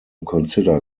consider